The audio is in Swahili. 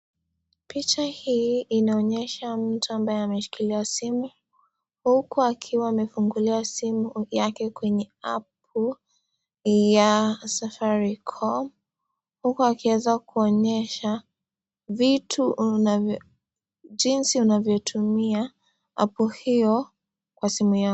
Picha hii inaonyesha mtu ambaye ameshikilia simu huku akiwa amefunguli simu yake kwenye apu ya safaricom huku akieza onyesha vitu anavyo jinzi hunavyo tumia hapo hiyo Kwa simu Yako.